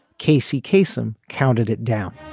casey kasem counted it down